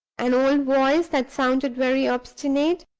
an old voice that sounded very obstinate,